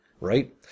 right